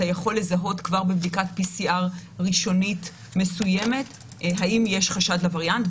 יכול לזהות כבר בבדיקת PCR ראשונית מסוימת האם יש חשד לווריאנט.